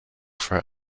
for